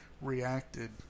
reacted